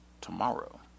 tomorrow